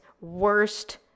worst